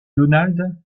donald